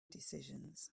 decisions